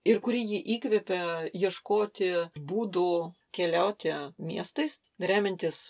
ir kuri jį įkvepia ieškoti būdų keliauti miestais remiantis